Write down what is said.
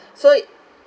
so